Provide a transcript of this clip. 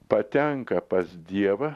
patenka pas dievą